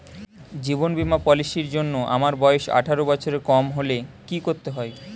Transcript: জীবন বীমা পলিসি র জন্যে আমার বয়স আঠারো বছরের কম হলে কি করতে হয়?